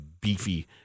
beefy